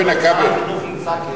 אבל שר החינוך ימצא כסף.